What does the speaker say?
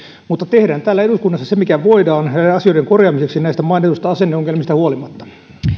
mutta tehdään täällä eduskunnassa se mikä voidaan näiden asioiden korjaamiseksi näistä mainituista asenneongelmista huolimatta